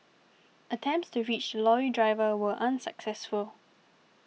attempts to reach lorry driver were unsuccessful